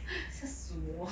吓死我